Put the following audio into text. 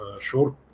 short